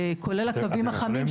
כולל הקווים החמים.